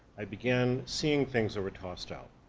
i began seeing things that were tossed out.